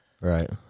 Right